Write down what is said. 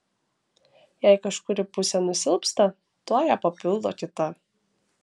jei kažkuri pusė nusilpsta tuoj ją papildo kita